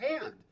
hand